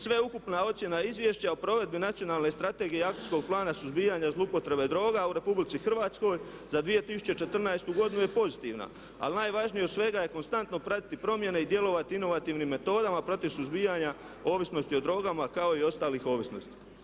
Sve ukupna ocjena Izvješća o provedbi Nacionalne strategije i Akcijskog plana suzbijanja zloupotrebe droga u Republici Hrvatskoj za 2014. godinu je pozitivna ali najvažnije od svega je konstantno pratiti promjene i djelovati inovativnim metodama protiv suzbijanja ovisnosti o drogama kao i ostalih ovisnosti.